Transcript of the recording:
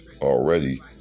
already